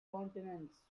continents